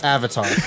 Avatar